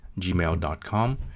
gmail.com